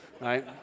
right